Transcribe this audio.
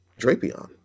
Drapion